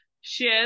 share